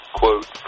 quote